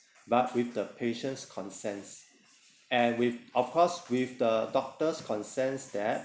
but with the patient's consents and with of course with the doctors' consents that